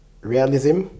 Realism